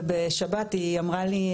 ובשבת היא אמרה לי,